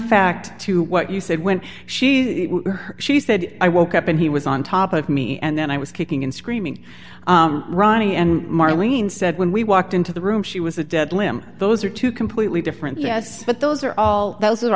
fact to what you said when she she said i woke up and he was on top of me and then i was kicking and screaming ronnie and marlene said when we walked into the room she was a dead limb those are two completely different yes but those are all those are